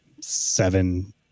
seven